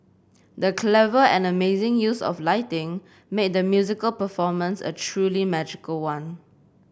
the clever and amazing use of lighting made the musical performance a truly magical one